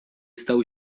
stał